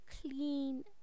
clean